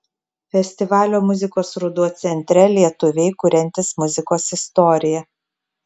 festivalio muzikos ruduo centre lietuviai kuriantys muzikos istoriją